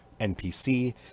NPC